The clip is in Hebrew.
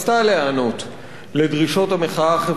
לדרישות המחאה החברתית הגדולה של הקיץ האחרון.